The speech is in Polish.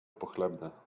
pochlebne